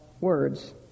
words